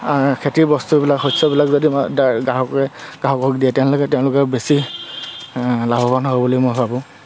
খেতিৰ বস্তুবিলাক শস্যবিলাক যদি গ্ৰাহকে গ্ৰাহকক দিয়ে তেনেহ'লে তেওঁলোকে বেছি লাভৱান হ'ব বুলি মই ভাবোঁ